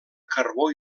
carbó